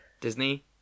Disney